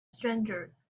stranger